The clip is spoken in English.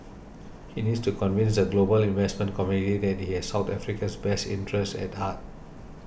he needs to convince the global investment community that he has South Africa's best interests at heart